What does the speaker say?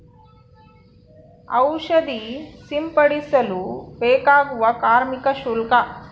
ಔಷಧಿ ಸಿಂಪಡಿಸಲು ಬೇಕಾಗುವ ಕಾರ್ಮಿಕ ಶುಲ್ಕ?